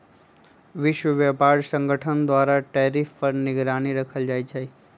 विश्व व्यापार संगठन द्वारा टैरिफ पर निगरानी राखल जाइ छै